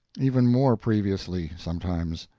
even more previously, sometimes.